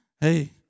hey